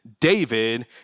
David